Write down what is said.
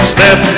Step